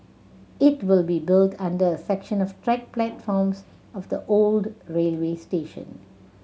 it will be built under a section of track platforms of the old railway station